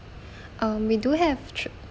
uh we do have tr~